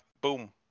Boom